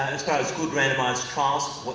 as far as good randomized trials,